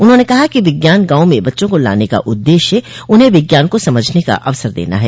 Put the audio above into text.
उन्होंने कहा कि विज्ञान गांव में बच्चों को लाने का उददेश्य उन्हें विज्ञान को समझने का अवसर देना है